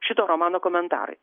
šito romano komentarai